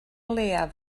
leiaf